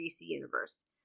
Universe